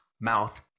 mouth